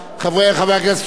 עלה על הבמה.